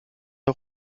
der